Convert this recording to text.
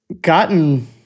gotten